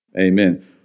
Amen